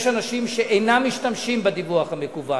יש אנשים שאינם משתמשים בדיווח המקוון,